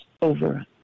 over